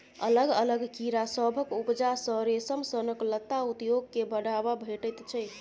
अलग अलग कीड़ा सभक उपजा सँ रेशम सनक लत्ता उद्योग केँ बढ़ाबा भेटैत छै